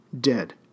dead